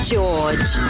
George